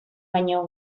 baino